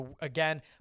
again